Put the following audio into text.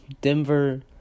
Denver